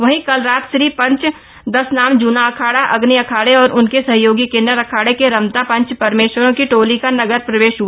वहीं कल रात श्री पंचदशनाम जूना अखाड़ा अग्नि अखाड़े और उनके सहयोगी किन्नर अखाड़े के रमता पंच परमेश्वरों की टोली का नगर प्रवेश है